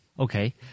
Okay